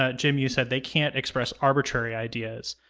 ah jim, you said they can't express arbitrary ideas